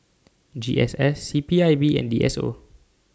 G S S C P I B and D S O